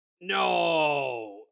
no